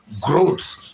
growth